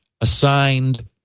assigned